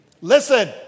Listen